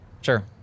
sure